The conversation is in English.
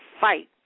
fight